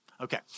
okay